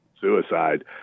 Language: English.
suicide